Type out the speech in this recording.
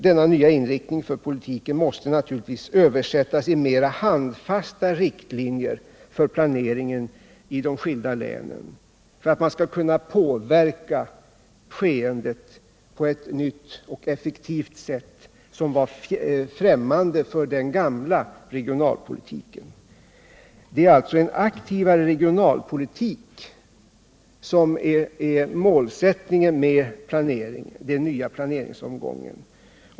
Denna nya inriktning för politiken måste naturligtvis översättas i mera handfasta riktlinjer för planeringen i de skilda länen, så att man skall kunna påverka skeendet på ett nytt och effektivt sätt, som var främmande för den gamla regionalpolitiken. Det är alltså en aktivare regionalpolitik som är målsättningen med den nya planeringsomgången.